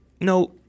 No